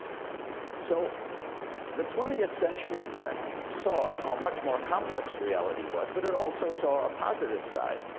so the twentieth century, then, saw how much more complex reality was, but it also saw a positive side.